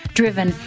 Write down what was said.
driven